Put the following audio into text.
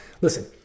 Listen